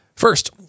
First